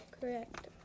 Correct